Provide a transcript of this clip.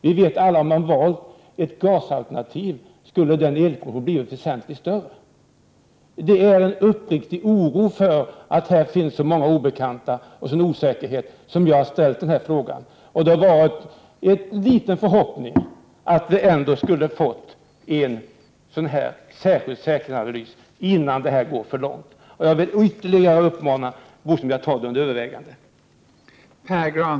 Hade man valt ett gasalternativ, skulle elproduktionen — det vet vi alla — ha varit väsentligt större. Det råder en verklig oro över att här finns så många obekanta saker och osäkerheter som gör att jag har framställt interpellationen. Jag hade ändå hoppats att det skulle ske en särskild säkerhetsanalys innan det hela går för långt. Jag uppmanar bostadsministern ännu en gång att överväga frågan.